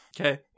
Okay